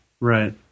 Right